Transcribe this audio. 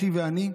אחי ואני,